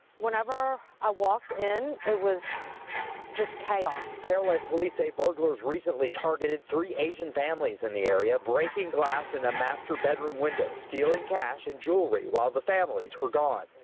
whenever i walked in, it was just chaos. reporter and police say burglars recently targeted three asian families in the area, breaking glass in a master bedroom window, stealing cash and jewelry while the families were gone.